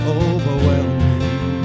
overwhelming